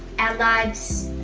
and lives,